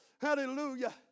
hallelujah